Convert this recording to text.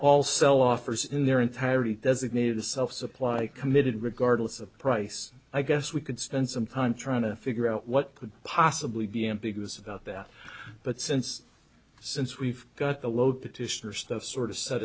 all cell offers in their entirety designated the self supply committed regardless of price i guess we could spend some time trying to figure out what could possibly be ambiguous about that but since since we've got the load petitioner's the sort of set